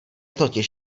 totiž